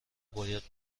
باید